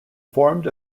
formed